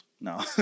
No